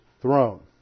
throne